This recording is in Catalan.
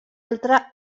altra